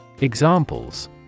Examples